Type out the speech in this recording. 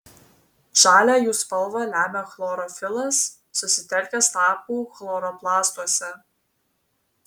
žalią jų spalvą lemia chlorofilas susitelkęs lapų chloroplastuose